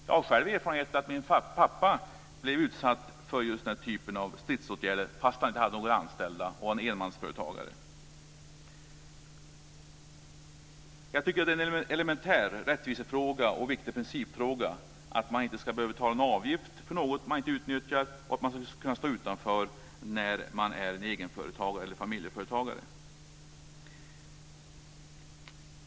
Jag har själv erfarenhet av att min pappa blev utsatt för just denna typ av stridsåtgärder fast han inte hade några anställda och var enmansföretagare. Jag tycker att det är en elementär rättvisefråga och en viktig principfråga att man inte ska behöva betala en avgift för något man inte utnyttjar och att man ska kunna stå utanför när man är egenföretagare eller familjeföretagare.